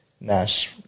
Nash